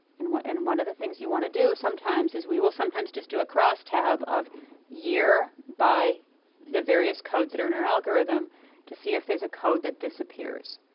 and and one of the things you want to do sometimes is we will sometimes just do a crosstab of year by the various codes that are in our algorithm to see if there's a code that disappears.